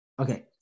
Okay